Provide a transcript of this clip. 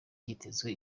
hitezwe